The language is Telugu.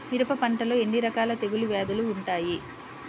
మిరప పంటలో ఎన్ని రకాల తెగులు వ్యాధులు వుంటాయి?